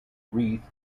wreath